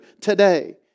today